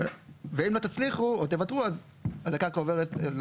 ואם לא תצליחו או תוותרו אז הקרקע עוברת,